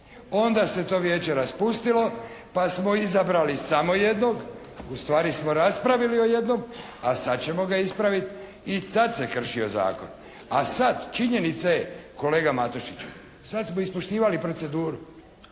Onda se to Vijeće raspustilo, pa smo izabrali samo jednog, ustvari smo raspravili o jednom. A sad ćemo ga ispravit i tad se kršio zakon. A sad činjenica je kolega Matušiću, sad smo ispoštivali proceduru.